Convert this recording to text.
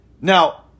Now